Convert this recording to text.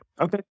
Okay